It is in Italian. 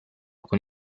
con